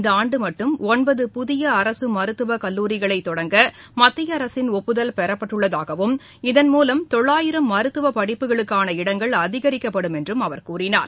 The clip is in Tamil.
இந்தஆண்டுமட்டும் ஒன்பது புதிய அரசுமருத்துவக் கல்லூரிகளைதொடங்க மத்திய அரசின் ஒப்புதல் பெறப்பட்டுள்ளதாகவும் இதன்மூலம் தொள்ளாயிரம் மருத்துவபடிப்புகளுக்கான இடங்கள் அதிகரிக்கப்படும் என்றும் அவர் கூறினார்